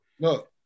Look